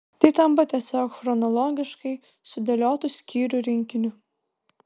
tai tampa tiesiog chronologiškai sudėliotu skyrių rinkiniu